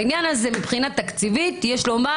בעניין הזה מבחינה תקציבית יש לומר